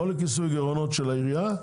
לא לכיסוי גירעונות של העירייה,